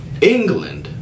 England